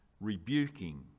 rebuking